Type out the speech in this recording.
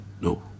no